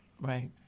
Right